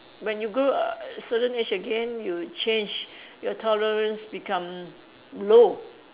when you grow a uh certain age again you change your tolerance become low